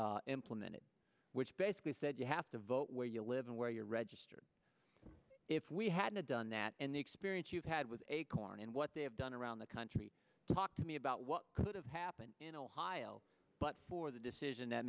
blackwell implemented which basically said you have to vote where you live and where you're registered if we hadn't done that in the experience you've had with acorn and what they have done around the country talk to me about what could have happened in ohio but for the decision that